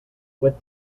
what